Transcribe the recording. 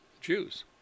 Jews